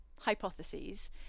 hypotheses